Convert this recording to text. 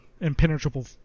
impenetrable